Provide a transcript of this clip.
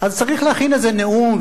אז צריך להכין איזה נאום,